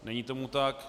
Není tomu tak.